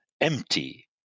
empty